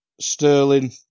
Sterling